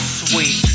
sweet